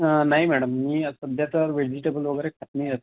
नाही मॅडम मी सध्या तर व्हेजिटेबल वगैरे खात नाही